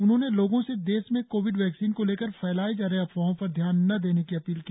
उन्होंने लोगों से देश में कोविड वैक्सीन को लेकर फैलाये जा रहे अफवाहों पर ध्यान न देने की अपील की